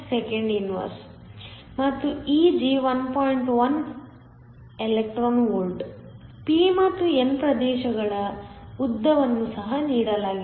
p ಮತ್ತು n ಪ್ರದೇಶಗಳ ಉದ್ದವನ್ನು ಸಹ ನೀಡಲಾಗಿದೆ